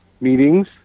meetings